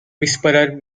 whisperer